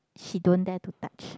she don't dare to touch